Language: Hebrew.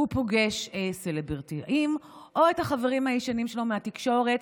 הוא פוגש סלבריטאים או את החברים הישנים שלו מהתקשורת.